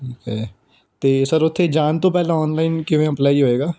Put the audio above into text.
ਠੀਕ ਹੈ ਅਤੇ ਸਰ ਉੱਥੇ ਜਾਣ ਤੋਂ ਪਹਿਲਾਂ ਓਨਲਾਈਨ ਕਿਵੇਂ ਅਮਪਲਾਈ ਹੋਵੇਗਾ